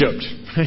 Egypt